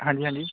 ਹਾਂਜੀ ਹਾਂਜੀ